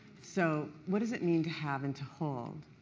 so what does it mean to have and to hold?